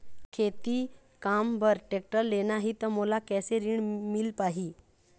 खेती काम बर टेक्टर लेना ही त मोला कैसे ऋण मिल पाही?